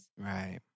Right